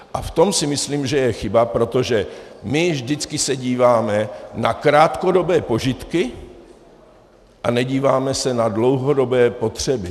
A v tom si myslím, že je chyba, protože my vždycky se díváme na krátkodobé požitky a nedíváme se na dlouhodobé potřeby.